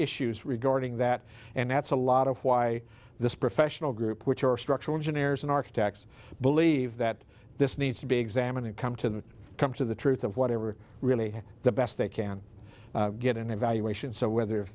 issues regarding that and that's a lot of why this professional group which are structural engineers and architects believe that this needs to be examined and come to come to the truth of whatever really the best they can get and evaluation so whether